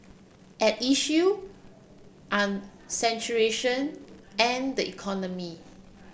at issue are saturation and the economy